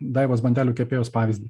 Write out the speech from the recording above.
daivos bandelių kepėjos pavyzdį